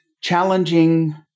challenging